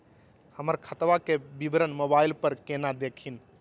हमर खतवा के विवरण मोबाईल पर केना देखिन?